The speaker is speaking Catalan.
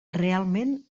realment